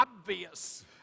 obvious